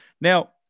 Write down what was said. Now